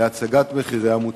להצגת מחירי המוצרים.